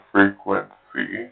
Frequency